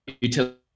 utility